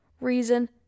reason